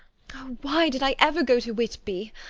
why did i ever go to whitby?